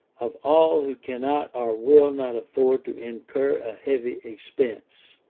of all who cannot or will not afford to incur a heavy expense.